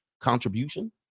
contribution